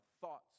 thoughts